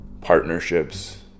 partnerships